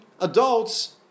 Adults